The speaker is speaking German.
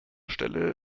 stelle